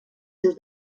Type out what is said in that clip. seus